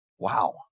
wow